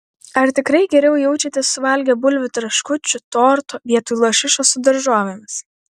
ar tikrai geriau jaučiatės suvalgę bulvių traškučių torto vietoj lašišos su daržovėmis